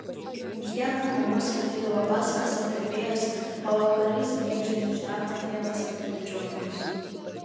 dieną mama skaitydavo pasakas apie fėjas o vakarais grįžęs iš darbo tėvas apie medžiotojus